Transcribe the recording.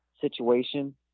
situation